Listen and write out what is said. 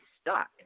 stuck